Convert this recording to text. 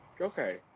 Okay